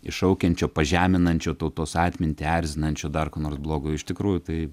iššaukiančio pažeminančio tautos atmintį erzinančio dar ko nors blogo iš tikrųjų tai